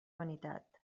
vanitat